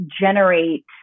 generate